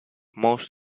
most